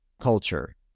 culture